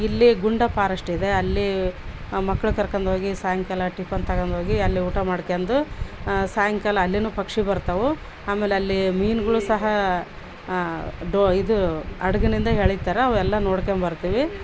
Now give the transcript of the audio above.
ಇಲ್ಲೇ ಗುಂಡ ಪಾರೆಸ್ಟ್ ಇದೆ ಅಲ್ಲಿ ಮಕ್ಳು ಕರ್ಕೊಂಡೋಗಿ ಸಾಯಂಕಾಲ ಟಿಫನ್ ತಗಂಡೋಗಿ ಅಲ್ಲಿ ಊಟ ಮಾಡ್ಕ್ಯಾಂದು ಸಾಯಂಕಾಲ ಅಲ್ಲಿನೂ ಪಕ್ಷಿ ಬರ್ತಾವು ಆಮೇಲೆ ಅಲ್ಲಿ ಮೀನುಗುಳು ಸಹ ಡೊ ಇದು ಹಡ್ಗನಿಂದ ಎಳಿತಾರ ಅವೆಲ್ಲ ನೋಡ್ಕ್ಯಾಬರ್ತೀವಿ